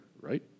right